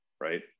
right